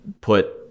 put